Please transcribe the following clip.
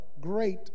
great